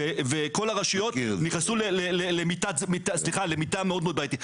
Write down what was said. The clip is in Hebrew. וכל הרשויות נכנסו למיטה מאוד מאוד בעייתית.